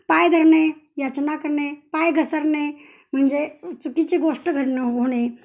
पाय धरणे याचना करणे पाय घसरणे म्हणजे चुकीची गोष्ट घडणं होणे